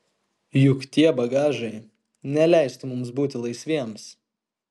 juk tie bagažai neleistų mums būti laisviems